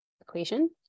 equation